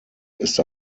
ist